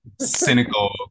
cynical